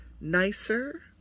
nicer